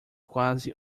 quase